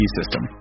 system